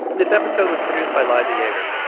this episode was produced by liza yeager.